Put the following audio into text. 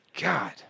God